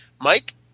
Mike